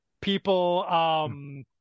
People